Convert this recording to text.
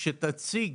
שתציג